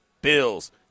Bills